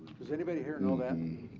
does anybody here know that?